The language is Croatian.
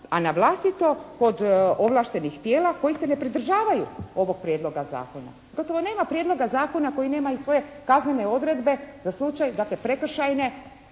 a na vlastito pod ovlaštenih tijela koji se ne pridržavaju ovog prijedloga zakona. Gotovo nema prijedloga zakona koji nema i svoje kaznene odredbe za slučaj, dakle prekršajne